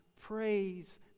praise